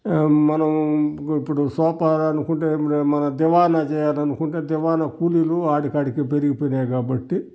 మనం ఇప్పుడు సోఫా అనుకుంటే మన దివాన్ చేయాలనుకుంటే దివాన్ కూలీలు ఆడికాడికి పెరిగిపోయినాయి కాబట్టి